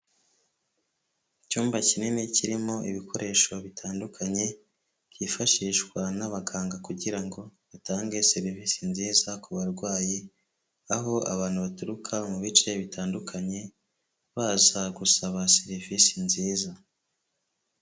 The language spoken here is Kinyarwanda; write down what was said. Icyumba kinini kirimo ibikoresho bitandukanye byifashishwa n'abaganga kugira ngo batange serivisi nziza ku barwayi, aho abantu baturuka mu bice bitandukanye baza gusaba serivisi nziza.